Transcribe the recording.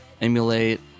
emulate